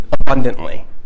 abundantly